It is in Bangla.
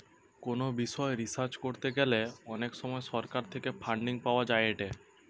কোনো বিষয় রিসার্চ করতে গ্যালে অনেক সময় সরকার থেকে ফান্ডিং পাওয়া যায়েটে